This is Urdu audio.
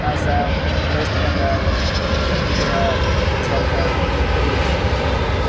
آسام ویسٹ بنگال بہار جھارکھنڈ اڑیسہ